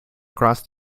across